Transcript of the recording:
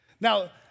Now